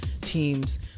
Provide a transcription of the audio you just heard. teams